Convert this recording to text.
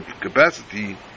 capacity